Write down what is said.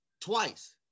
Twice